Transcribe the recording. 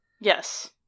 Yes